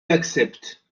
accepte